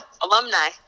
alumni